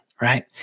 right